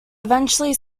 eventually